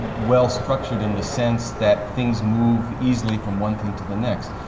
well-structured in the sense that things move easily from one thing to the next.